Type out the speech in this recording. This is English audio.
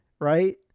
right